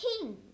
King